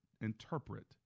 interpret